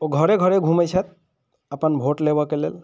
ओ घरे घरे घूमैत छथि अपन भोट लेबऽके लेल